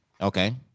okay